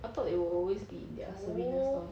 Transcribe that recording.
I thought it will always be in their souvenir store